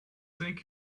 thank